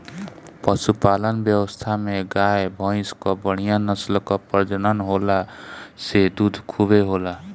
पशुपालन व्यवस्था में गाय, भइंस कअ बढ़िया नस्ल कअ प्रजनन होला से दूध खूबे होला